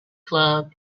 club